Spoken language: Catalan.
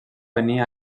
venir